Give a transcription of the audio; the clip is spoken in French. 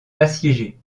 assiégée